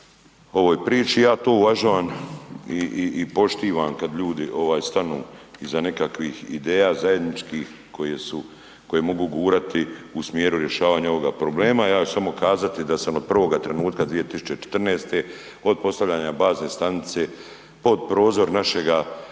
ovoj priči. Ja to uvažavam i poštujem kada ljudi stanu iza nekakvih ideja zajedničkih koje mogu gurati u smjeru rješavanja ovoga problema. Ja ću samo kazati da sam od prvoga trenutka 2014. od postavljanja bazne stanice pod prozor našega